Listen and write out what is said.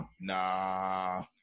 Nah